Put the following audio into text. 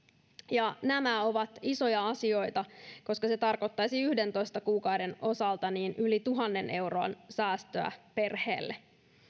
nämä ovat isoja asioita koska se tarkoittaisi yhdentoista kuukauden osalta yli tuhannen euron säästöä perheelle